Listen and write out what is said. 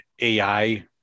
AI